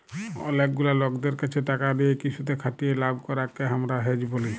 অলেক গুলা লকদের ক্যাছে টাকা লিয়ে কিসুতে খাটিয়ে লাভ করাককে হামরা হেজ ব্যলি